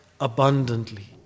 abundantly